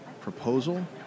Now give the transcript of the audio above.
proposal